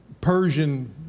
Persian